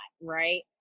right